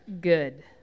good